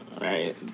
right